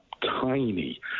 tiny